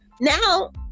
now